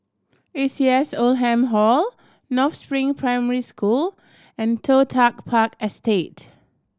A C S Oldham Hall North Spring Primary School and Toh Tuck Park Estate